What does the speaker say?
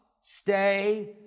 stay